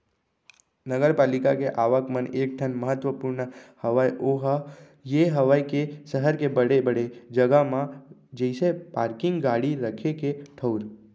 नगरपालिका के आवक म एक ठन महत्वपूर्न हवय ओहा ये हवय के सहर के बड़े बड़े जगा म जइसे पारकिंग गाड़ी रखे के ठऊर